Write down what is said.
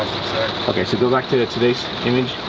okay, so go back to to today's image.